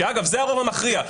ואגב זה הרוב המכריע.